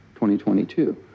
2022